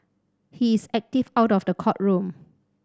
he is active out of the courtroom